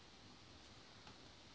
mm